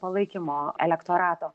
palaikymo elektorato